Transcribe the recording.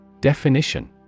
Definition